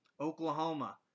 Oklahoma